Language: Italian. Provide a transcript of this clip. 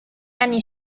anni